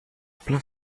plein